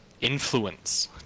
influence